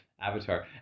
Avatar